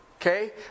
Okay